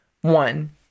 one